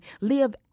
live